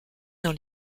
dans